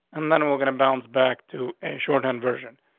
and then we're gonna bounce back to a shorthand version,